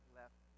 left